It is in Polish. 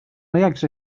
jakże